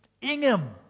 Ingham